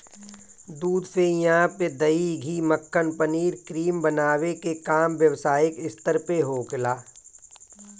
दूध से इहा पे दही, घी, मक्खन, पनीर, क्रीम बनावे के काम व्यवसायिक स्तर पे होखेला